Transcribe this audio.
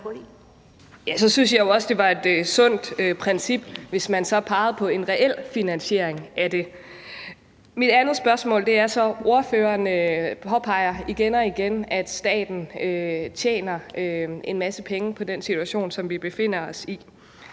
Så synes jeg jo også, det var et sundt princip, hvis man så pegede på en reel finansiering af det. Så har jeg også et andet spørgsmål. Ordføreren påpeger igen og igen, at staten tjener en masse penge på den situation, vi befinder os i,